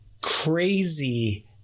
crazy